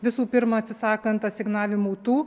visų pirma atsisakant asignavimų tų